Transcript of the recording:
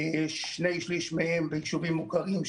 שני שלישים מהם ביישובים מוכרים,